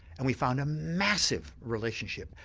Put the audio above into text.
and we found a massive relationship,